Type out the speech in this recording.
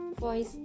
voice